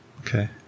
Okay